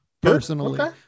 personally